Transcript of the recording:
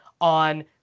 on